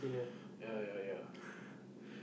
yeah yeah yeah